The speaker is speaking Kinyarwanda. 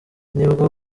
nibwo